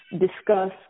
discuss